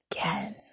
again